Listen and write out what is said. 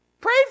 Pray